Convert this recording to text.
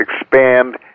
expand